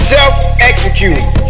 Self-executing